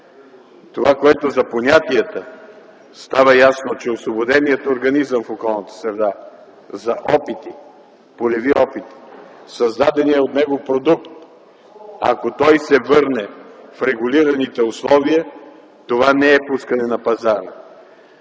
това, което е за понятията, става ясно, че освободеният организъм в околната среда за опити, полеви опити, създаденият от него продукт, ако той се върне в регулираните условия, това не е пускане на пазара.